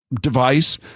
device